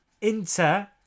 Inter